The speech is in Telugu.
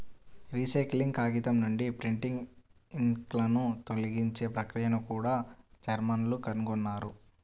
రీసైకిల్ కాగితం నుండి ప్రింటింగ్ ఇంక్లను తొలగించే ప్రక్రియను కూడా జర్మన్లు కనుగొన్నారు